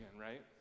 right